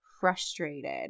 frustrated